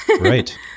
Right